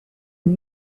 une